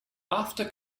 after